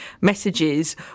messages